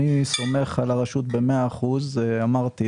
אני סומך על הרשות במאה אחוזים וכמו שאמרתי,